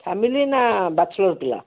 family ନା bachelor ପିଲା